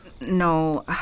No